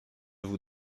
vous